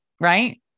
Right